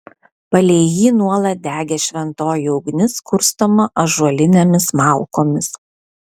palei jį nuolat degė šventoji ugnis kurstoma ąžuolinėmis malkomis